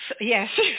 yes